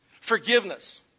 Forgiveness